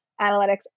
analytics